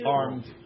armed